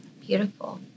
beautiful